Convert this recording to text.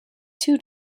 two